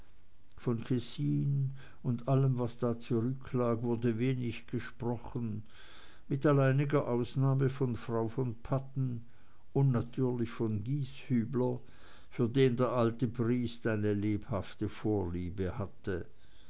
von kessin und allem was da zurücklag wurde wenig gesprochen mit alleiniger ausnahme von frau von padden und natürlich von gieshübler für den der alte briest eine lebhafte vorliebe hatte